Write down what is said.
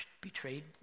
betrayed